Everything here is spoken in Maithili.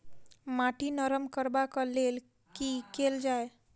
माटि नरम करबाक लेल की केल जाय?